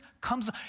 comes